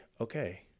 okay